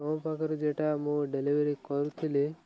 ମୋ ପାଖରୁ ଯେଟା ମୁଁ ଡେଲିଭରି କରୁଥିଲି